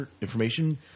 information